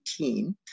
2018